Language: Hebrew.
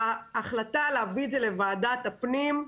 ההחלטה להביא את זה לוועדת הפנים,